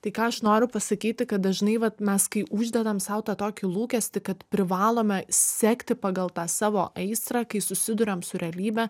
tai ką aš noriu pasakyti kad dažnai vat mes kai uždedam sau tą tokį lūkestį kad privalome sekti pagal tą savo aistrą kai susiduriam su realybe